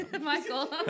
Michael